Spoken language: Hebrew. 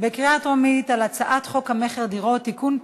בקריאה טרומית על הצעת חוק המכר (דירות) (תיקון,